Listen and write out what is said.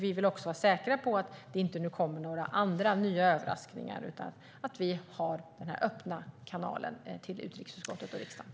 Vi vill vara säkra på att det inte kommer några nya överraskningar nu, utan att vi har denna öppna kanal till utrikesutskottet och riksdagen.